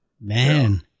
Man